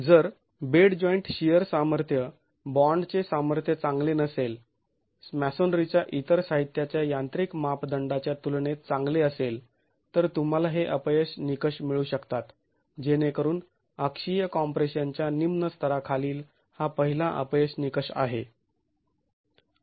जर bed joint shear सामर्थ्य बॉण्डचे सामर्थ्य चांगले नसेल मॅसोनरीच्या इतर साहित्याच्या यांत्रिक मापदंडाच्या तुलनेत चांगले असेल तर तुम्हाला हे अपयश निकष मिळू शकतात जेणेकरून अक्षीय कॉम्प्रेशन च्या निम्न स्तरा खालील हा पहिला अपयश निकष आहे